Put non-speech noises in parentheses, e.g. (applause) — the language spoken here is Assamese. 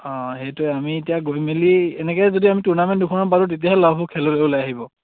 অঁ সেইটোৱেই আমি এতিয়া ঘূৰি মেলি এনেকে যদি (unintelligible) পাৰো তেতিয়াহে (unintelligible) খেললৈ ওলাই আহিব